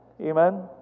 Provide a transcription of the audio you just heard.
Amen